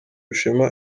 rushema